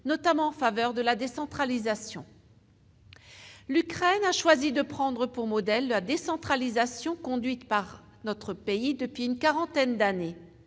notamment en faveur de la décentralisation. L'Ukraine a choisi de prendre pour modèle la décentralisation conduite par notre pays depuis une quarantaine d'années.